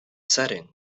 setting